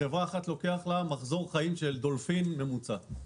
ולחברה אחת לוקח מחזור חיים של דולפין ממוצע.